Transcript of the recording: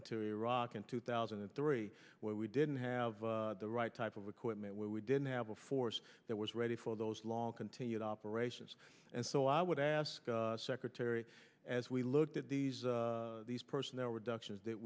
into iraq in two thousand and three where we didn't have the right type of equipment where we didn't have a force that was ready for those long continued operations and so i would ask secretary as we look at these these personnel were doctors that